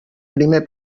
primer